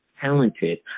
talented